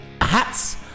hats